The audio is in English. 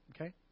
okay